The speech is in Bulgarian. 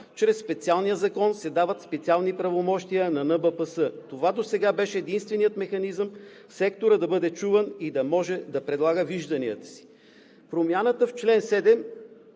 чрез специалния закон се дават специални правомощия на НБПС. Това досега беше единственият механизъм секторът да бъде чуван и да може да предлага вижданията си. Промяната в чл. 7